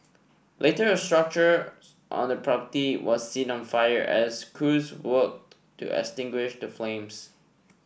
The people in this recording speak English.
later a structure on the property was seen on fire as crews worked to extinguish the flames